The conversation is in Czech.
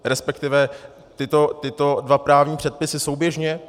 Respektive tyto dva právní předpisy souběžně?